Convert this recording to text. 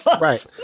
right